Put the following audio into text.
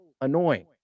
annoying